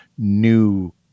new